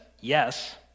yes